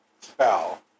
spell